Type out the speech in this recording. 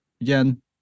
again